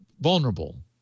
vulnerable